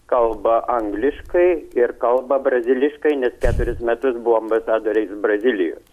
kalba angliškai ir kalba braziliškai nes keturis metrus buvo ambasadoriais brazilijos